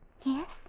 Yes